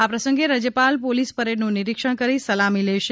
આ પ્રસંગે રાજયપાલ પોલીસ પરેડનું નિરીક્ષણ કરી સલામી લેશે